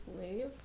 leave